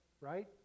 right